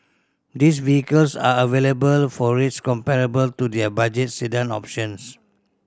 these vehicles are available for rates comparable to their budget sedan options